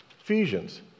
Ephesians